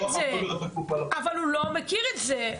האזרוח --- אבל הוא לא מכיר את זה.